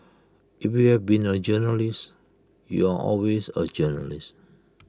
if you've been A journalist you're always A journalist